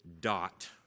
dot